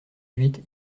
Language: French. huit